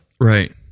Right